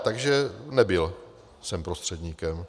Takže nebyl jsem prostředníkem.